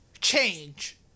change